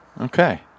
Okay